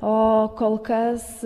o kol kas